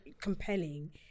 compelling